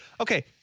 Okay